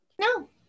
No